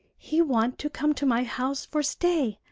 he want to come to my house for stay.